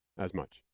as much.